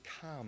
come